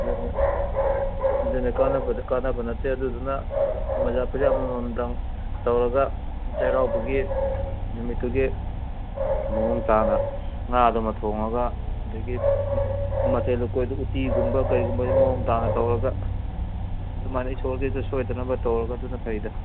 ꯑꯗꯨꯅꯤ ꯀꯥꯟꯅꯕꯗ ꯀꯥꯟꯅꯕ ꯅꯠꯇꯦ ꯑꯗꯨꯗꯨꯅ ꯃꯣꯖꯥ ꯐꯨꯔꯤꯠ ꯑꯃꯃꯝꯗꯪ ꯇꯧꯔꯒ ꯆꯩꯔꯥꯎꯕꯒꯤ ꯅꯨꯃꯤꯠꯇꯨꯒꯤ ꯃꯑꯣꯡ ꯇꯥꯅ ꯉꯥꯗꯨꯃ ꯊꯣꯡꯂꯒ ꯑꯗꯒꯤ ꯃꯊꯦꯜ ꯂꯨꯀꯣꯏꯗꯨ ꯎꯇꯤꯒꯨꯝꯕ ꯀꯔꯤꯒꯨꯝꯕ ꯃꯑꯣꯡ ꯇꯥꯅ ꯇꯧꯔꯒ ꯑꯗꯨꯃꯥꯏꯅ ꯏꯁꯣꯔꯒꯤꯗ ꯁꯣꯏꯗꯅꯕ ꯇꯧꯔꯒ ꯑꯗꯨꯅ ꯐꯩꯗ